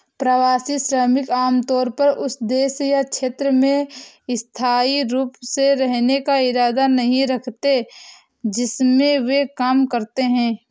प्रवासी श्रमिक आमतौर पर उस देश या क्षेत्र में स्थायी रूप से रहने का इरादा नहीं रखते हैं जिसमें वे काम करते हैं